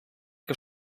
que